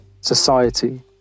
society